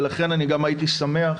ולכן גם הייתי שמח